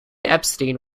epstein